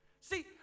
See